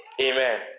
Amen